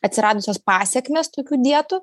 atsiradusios pasekmės tokių dietų